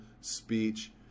speech